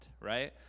right